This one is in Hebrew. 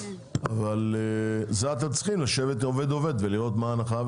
אבל אתם צריכים לשבת עובד-עובד ולראות מה ההנחה,